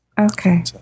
Okay